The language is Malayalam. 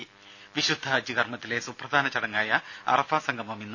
ത വിശുദ്ധ ഹജ്ജ് കർമ്മത്തിലെ സുപ്രധാന ചടങ്ങായ അറഫാ സംഗമം ഇന്ന്